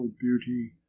beauty